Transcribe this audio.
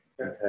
okay